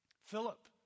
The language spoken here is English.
Philip